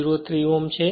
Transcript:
03 Ω છે